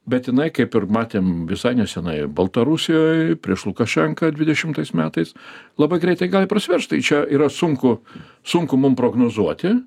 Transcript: bet jinai kaip ir matėm visai nesenai baltarusijoj prieš lukašenką dvidešimtais metais labai greitai gali prasiveržt tai čia yra sunku sunku mum prognozuoti